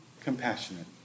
compassionate